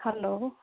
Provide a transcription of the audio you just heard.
hello